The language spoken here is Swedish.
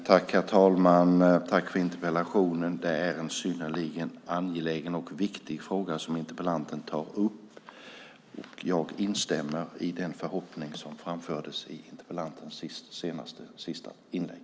Herr talman! Tack för interpellationen. Det är en synnerligen angelägen och viktig fråga som interpellanten tar upp. Jag instämmer i den förhoppning som framfördes i interpellantens sista inlägg.